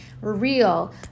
real